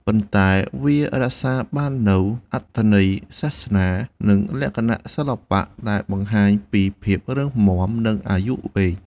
ប៉ុន្តែ វារក្សាបាននូវអត្ថន័យសាសនា និងលក្ខណៈសិល្បៈដែលបង្ហាញពីភាពរឹងមាំ និងអាយុវែង។